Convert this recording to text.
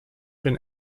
been